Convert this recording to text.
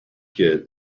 kit